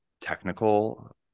technical